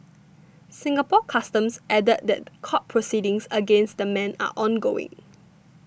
Singapore Customs added that court proceedings against the men are ongoing